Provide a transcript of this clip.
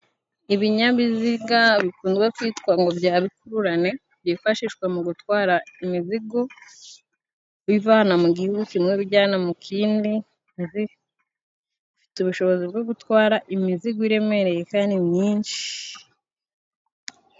Ibinyabiziga bikunzwe kwitwa ngo bya bikururane byifashishwa mu gutwara imizigo ivana mu gihugu kimwe bijyana mu kindi, bifite ubushobozi bwo gutwara imizigo iremereye kandi myinshi.